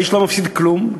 האיש לא מפסיד כלום,